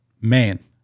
Man